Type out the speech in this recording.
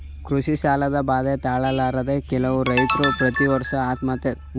ಕೃಷಿ ಸಾಲದ ಬಾಧೆ ತಾಳಲಾರದೆ ಕೆಲವು ರೈತ್ರು ಪ್ರತಿವರ್ಷ ಆತ್ಮಹತ್ಯೆ ಮಾಡಿಕೊಳ್ಳದ್ನ ವಾರ್ತಾ ಪತ್ರಿಕೆಲಿ ಓದ್ದತಿರುತ್ತೇವೆ